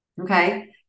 Okay